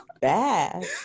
bad